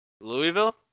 Louisville